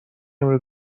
امروز